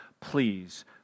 Please